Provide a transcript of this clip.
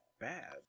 bad